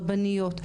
רבניות,